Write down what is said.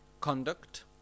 conduct